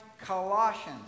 Colossians